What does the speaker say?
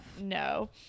No